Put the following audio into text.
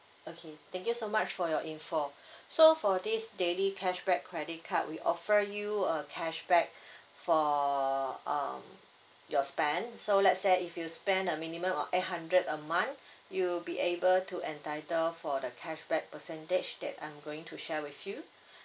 okay thank you so much for your info so for this daily cashback credit card we offer you a cashback for um your spend so let's say if you spend a minimum of eight hundred a month you'll be able to entitle for the cashback percentage that I'm going to share with you